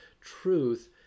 Truth